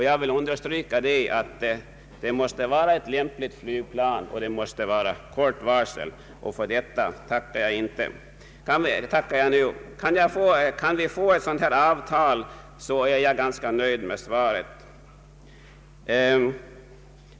Jag vill understryka att det måste vara ett lämpligt flygplan och att det måste stå till förfogande med kort varsel. Kan vi få ett sådant här avtal, är jag ganska nöjd med svaret.